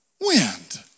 Wind